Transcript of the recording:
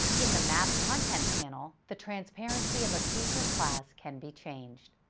in the map content panel, the transparency of a feature class can be changed.